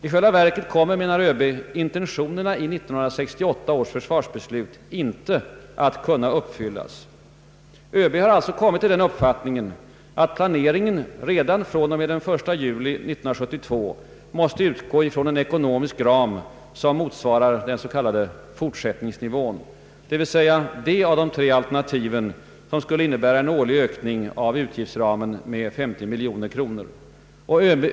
I själva verket kommer, menar ÖB, intentionerna i 1968 års försvarsbeslut inte att kunna uppfyllas. ÖB har alltså kommit till den uppfattningen att planeringen redan från och med den 1 juli 1972 måste utgå från en ekonomisk ram som motsvarar den s.k. fortsättningsnivån, d.v.s. det av de tre alternativen som skulle innebära en årlig ökning av utgiftsramen med 50 miljoner kronor.